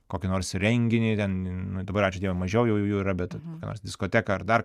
kokį nors renginį ten nu dabar ačiū dievui mažiau jau jų yra bet nors diskoteką ar dar